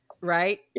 right